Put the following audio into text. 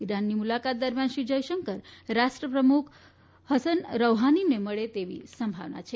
ઇરાનની મુલાકાત દરમ્યાન શ્રી જયશંકર રાષ્ટ્ર પ્રમુખ સહન રૌહાનીને મળે તેવી સંભાવના છે